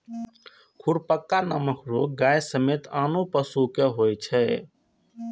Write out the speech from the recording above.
खुरपका नामक रोग गाय समेत आनो पशु कें होइ छै